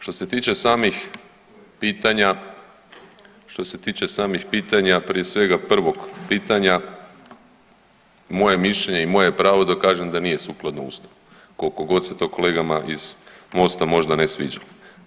Što se tiče samih pitanja, što se tiče samih pitanja prije svega prvog pitanja moje mišljenje je i moje je pravo da kažem da nije sukladno Ustavu koliko god se to kolegama iz Mosta možda ne sviđa.